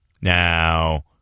Now